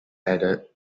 added